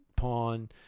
pawn